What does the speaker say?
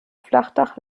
flachdach